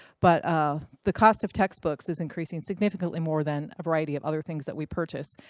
but ah the cost of textbooks is increasing significantly more than a variety of other things that we purchased.